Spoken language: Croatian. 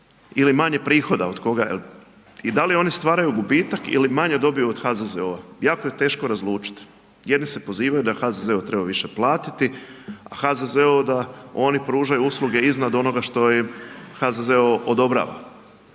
ili manje prihoda od koga jel i da li oni stvaraju gubitak ili manje dobiju od HZZO-a, jako je teško razlučit, jedni se pozivaju da HZZO treba više platiti, HZZO da oni pružaju usluge iznad onoga što im HZZO odobrava,